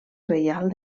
reial